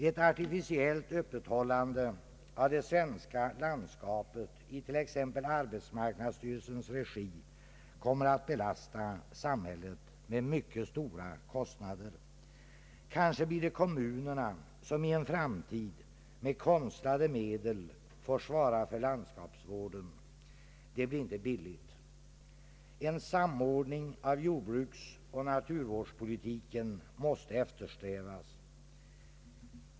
Ett artificiellt öppethållande av det svenska landskapet i t.ex. arbetsmarknadsstyrelsens regi kommer att belasta samhället med mycket stora kostnader. Kanske blir det kommunerna som i en framtid med konstlade medel får svara för landskapsvården, och den blir inte billig. En samordning av jordbruksoch naturvårdspolitiken måste eftersträvas.